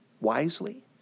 wisely